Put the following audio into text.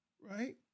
right